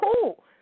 cool